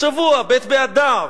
השבוע, ב' באדר,